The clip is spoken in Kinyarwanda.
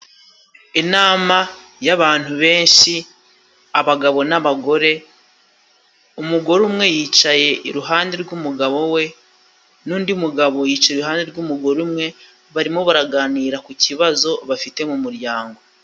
Inama y'abantu benshi, abagabo n'abagore. Umugore umwe yicaye iruhande rw'umugabo we nundi mugabo yicaye iruhande rw'umugore umwe. Barimo baraganira ku kibazo bafite mu muryango.